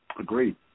Agreed